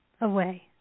away